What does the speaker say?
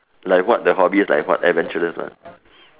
like what the hobby is like what adventurous lah